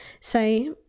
say